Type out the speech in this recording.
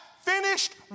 finished